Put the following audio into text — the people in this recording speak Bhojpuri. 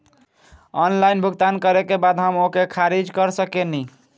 ऑनलाइन भुगतान करे के बाद हम ओके खारिज कर सकेनि?